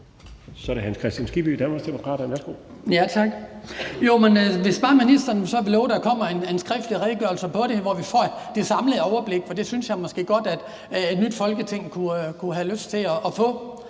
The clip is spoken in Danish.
12:32 Hans Kristian Skibby (DD): Tak. Jo, men hvis bare ministeren så vil love, at der kommer en skriftlig redegørelse om det, hvor vi får det samlede overblik, for det synes jeg måske godt at et nyt Folketing kunne have brug for at få.